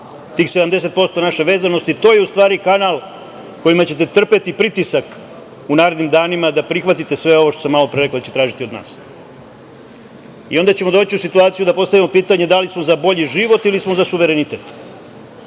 tih 70% naše vezanosti, to je u stvari kanal kojima ćete trpeti pritisak u narednim danima da prihvatite sve ovo što ste malopre rekli da će tražiti od nas. Onda ćemo doći u situaciju da postavimo pitanje da li smo za bolji život ili smo za suverenitet?